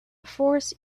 force